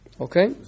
Okay